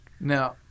Now